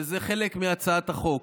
וזה חלק מהצעת החוק.